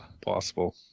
possible